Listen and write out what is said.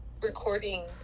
recording